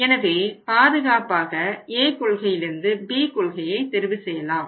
எனவே பாதுகாப்பாக A கொள்கையிலிருந்து B கொள்கையை தெரிவு செய்யலாம்